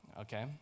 okay